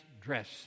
dress